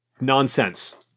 nonsense